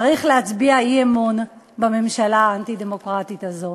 צריך להצביע אי-אמון בממשלה האנטי-דמוקרטית הזאת.